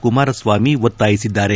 ಕುಮಾರಸ್ನಾಮಿ ಒತ್ತಾಯಿಸಿದ್ದಾರೆ